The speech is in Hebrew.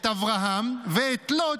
את אברהם ואת לוט,